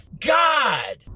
God